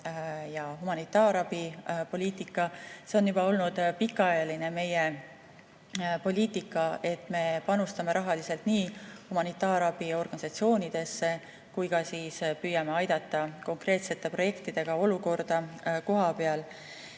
ja humanitaarabipoliitika. See on olnud meie pikaajaline poliitika, et me panustame rahaliselt nii humanitaarabi organisatsioonidesse kui ka püüame aidata konkreetsete projektidega olukorda kohapeal.